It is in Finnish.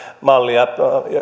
mallia